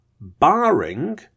barring